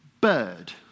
Bird